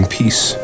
peace